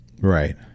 Right